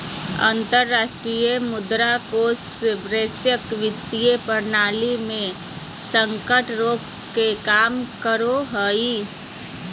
अंतरराष्ट्रीय मुद्रा कोष वैश्विक वित्तीय प्रणाली मे संकट रोके के काम करो हय